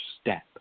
step